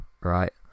right